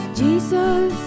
jesus